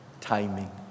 timing